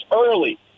early